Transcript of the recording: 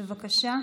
בבקשה.